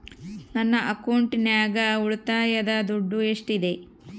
ನನ್ನ ಅಕೌಂಟಿನಾಗ ಉಳಿತಾಯದ ದುಡ್ಡು ಎಷ್ಟಿದೆ?